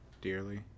dearly